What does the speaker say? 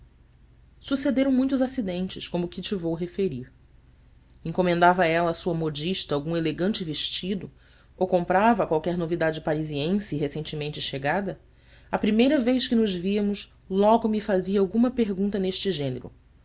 sucederam muitos acidentes como o que te vou referir encomendava ela à sua modista algum elegante vestido ou comprava qualquer novidade parisiense recentemente chegada a primeira vez que nos víamos logo me fazia alguma pergunta neste gênero